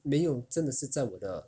没有真的是在我的